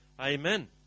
Amen